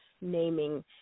naming